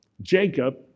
Jacob